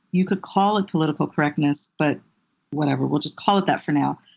you could call it political correctness. but whatever, we'll just call it that for now.